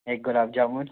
एक गुलाब जामुन